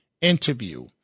interview